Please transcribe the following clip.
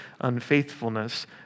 unfaithfulness